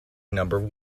number